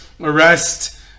arrest